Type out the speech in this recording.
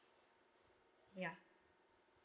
ya